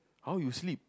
how you sleep